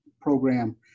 program